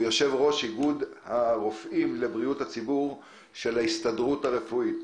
יושב-ראש איגוד הרופאים לבריאות הציבור של ההסתדרות הרפואית.